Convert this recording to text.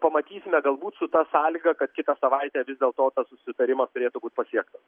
pamatysime galbūt su ta sąlyga kad kitą savaitę vis dėlto tas susitarima turėtų būt pasiektas